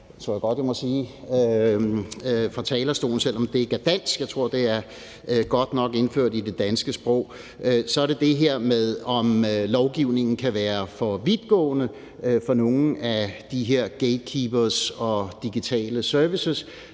det tror jeg godt jeg må sige fra talerstolen, selv om det ikke er dansk; jeg tror, det er godt nok indført i det danske sprog. Det er det her med, om lovgivningen kan være for vidtgående for nogle af de her gatekeepere og digitale servicer,